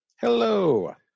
hello